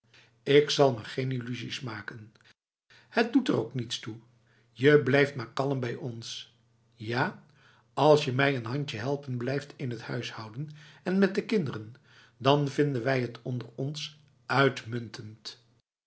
ik zal me geen illusies makenf het doet er ook niets toe je blijft maar kalm bij ons ja als je mij n handje helpen blijft in het huishouden en met de kinderen dan vinden wij het onder ons uitmuntend